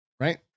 Right